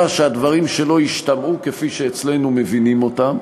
שהדברים שלו ישתמעו כפי שאצלנו מבינים אותם.